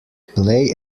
play